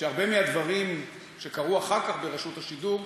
שהרבה מהדברים שקרו אחר כך ברשות השידור,